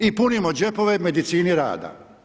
I punimo džepove medicini rada.